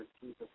Jesus